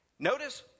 Notice